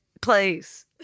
please